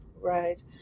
right